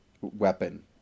weapon